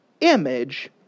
image